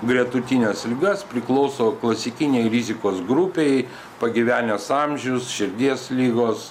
gretutines ligas priklauso klasikinei rizikos grupei pagyvenęs amžius širdies ligos